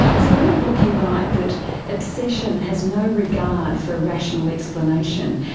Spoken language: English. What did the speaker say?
so in the book you write that obsession has no regard for rational explanation.